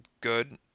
good